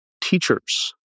teachers